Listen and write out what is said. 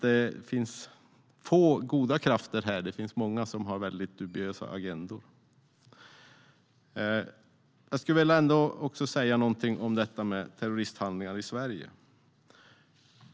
Det finns alltså få goda krafter, men många som har väldigt dubiösa agendor. Jag skulle vilja säga någonting om terroristhandlingar i Sverige.